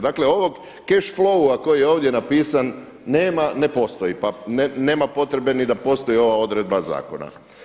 Dakle ovog cash flow koji je ovdje napisan nema, ne postoji, pa nema potrebe ni da postoji ova odredba zakona.